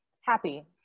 Happy